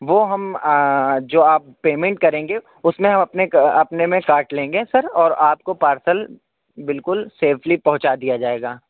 وہ ہم جو آپ پیمنٹ کریں گے اس میں ہم اپنے اپنے میں کاٹ لیں گے سر اور آپ کو بالکل سیفلی پہنچا دیا جائے گا